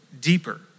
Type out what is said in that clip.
deeper